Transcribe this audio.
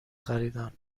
خریدن